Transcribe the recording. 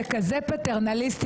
זה כזה פטרנליסטי,